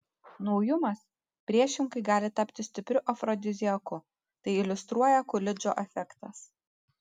naujumas priešingai gali tapti stipriu afrodiziaku tai iliustruoja kulidžo efektas